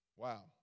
Wow